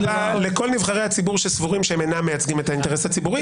לכל נבחרי הציבור שסבורים שהם אינם מייצגים את האינטרס הציבורי.